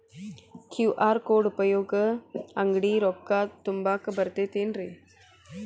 QR code ಉಪಯೋಗಿಸಿ, ಅಂಗಡಿಗೆ ರೊಕ್ಕಾ ತುಂಬಾಕ್ ಬರತೈತೇನ್ರೇ?